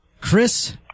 Chris